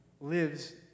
lives